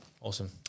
awesome